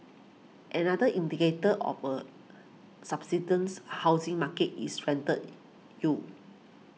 another indicator of a substance housing market is rental you